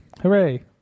Hooray